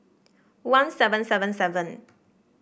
one seven seven seven